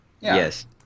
Yes